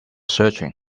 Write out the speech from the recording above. searching